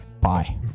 Bye